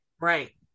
Right